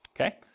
okay